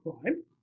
crime